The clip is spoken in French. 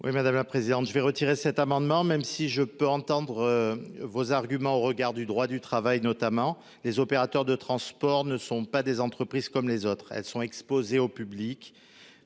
Oui madame la présidente, je vais retirer cet amendement même si je peux entendre. Vos arguments au regard du droit du travail, notamment les opérateurs de transport ne sont pas des entreprises comme les autres, elles sont exposés au public